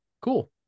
cool